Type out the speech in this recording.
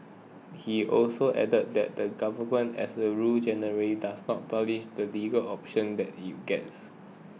he also added that the government as a rule generally does not publish the legal option that it gets